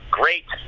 great